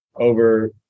over